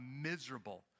miserable